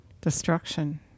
destruction